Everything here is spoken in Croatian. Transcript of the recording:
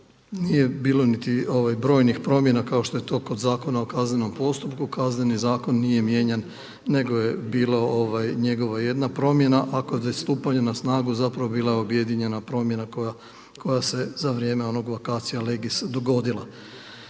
nije bilo niti brojnih promjena kao što je to kod Zakona o kaznenom postupku. Kazneni zakon nije mijenjan, nego je bila njegova jedna promjena a kod stupanja na snagu zapravo bila je objedinjena promjena koja se za vrijeme onog vacatio legis dogodila.